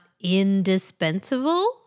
indispensable